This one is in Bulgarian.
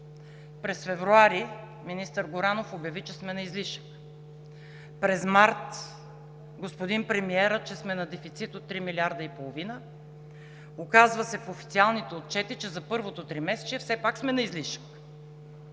месец февруари министър Горанов обяви, че сме на излишък, през месец март господин премиерът – че сме на дефицит от 3 милиарда и половина. Оказва се по официалните отчети, че за първото тримесечие все пак сме на излишък.